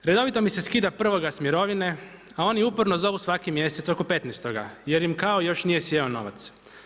Redovito mi se skida 1.-ga sa mirovine a oni uporno zovu svaki mjesec oko 15.-oga jer im kao još nije sjeo novac.